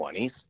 20s